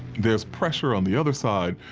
there's pressure on the other side.